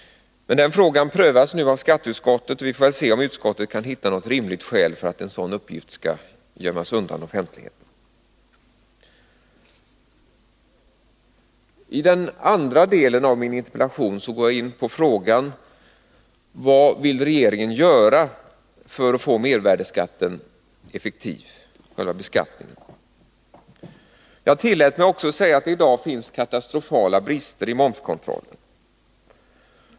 Men den frågan prövas nu av skatteutskottet, och vi får väl se om skatteutskottet kan hitta något rimligt skäl för att en sådan uppgift skall gömmas undan offentligheten. I den andra delen av min interpellation går jag in på frågan: Vad vill regeringen göra för att få mervärdebeskattningen effektiv? Jag tillät mig också att säga att det i dag finns katastrofala brister i momskontrollen.